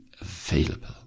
available